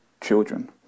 children